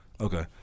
Okay